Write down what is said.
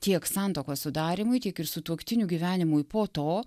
tiek santuokos sudarymui tiek ir sutuoktinių gyvenimui po to